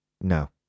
No